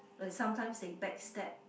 and sometimes they backstab